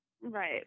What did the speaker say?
Right